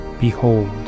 behold